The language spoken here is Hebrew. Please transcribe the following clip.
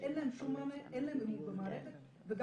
שאין להן שום מענה, אין להן אמון במערכת וגם,